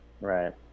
Right